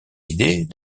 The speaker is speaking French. idées